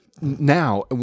Now